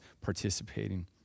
participating